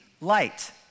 light